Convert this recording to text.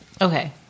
Okay